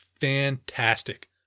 fantastic